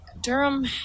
Durham